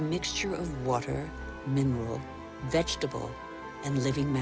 a mixture of water mineral vegetable and living